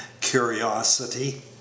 curiosity